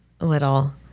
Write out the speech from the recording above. little